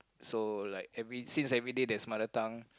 so like every since every day there's mother tongue